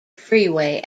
freeway